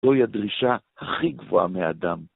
הוי הדרישה הכי גבוהה מאדם.